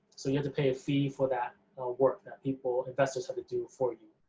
so you have to pay a fee for that work that people investors have to do for you.